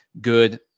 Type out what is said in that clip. good